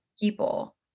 people